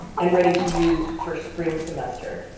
and ready to use for spring semester.